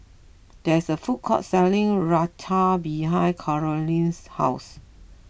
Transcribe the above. there is a food court selling Raita behind Carolyn's house